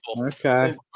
Okay